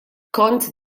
kont